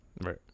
Right